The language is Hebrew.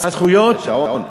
יש שעון.